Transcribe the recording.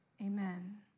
amen